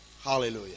Hallelujah